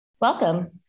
Welcome